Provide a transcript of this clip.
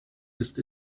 ist